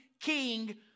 king